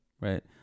right